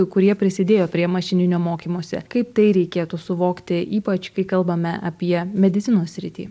kurie prisidėjo prie mašininio mokymosi kaip tai reikėtų suvokti ypač kai kalbame apie medicinos sritį